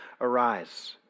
Arise